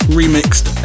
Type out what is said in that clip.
remixed